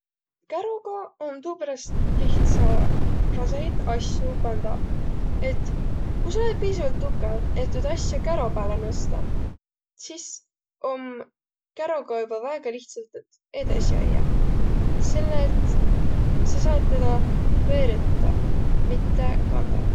Kärugaq om tuuperäst lihtsa rasõhit asju kandaq, et ku sa olõt piisavalt tukõv, et tuud asja käro pääle nõstaq, sis om käroga juba väega lihtsä tuud edesi ajjaq. Selle et sa saat tedä veerütäq, mitte kandaq.